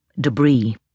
Debris